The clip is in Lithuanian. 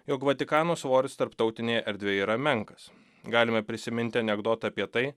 jog vatikano svoris tarptautinėje erdvėje yra menkas galime prisiminti anekdotą apie tai